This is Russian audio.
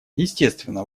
естественно